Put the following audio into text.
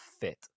fit